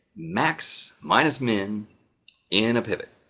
max-min max-min in a pivot?